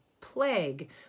plague